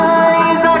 eyes